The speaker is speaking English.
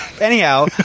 Anyhow